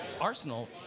Arsenal